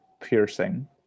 piercing